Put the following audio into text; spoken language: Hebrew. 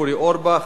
אורי אורבך,